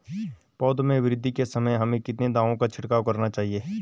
पौधों में वृद्धि के समय हमें किन दावों का छिड़काव करना चाहिए?